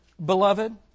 Beloved